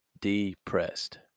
depressed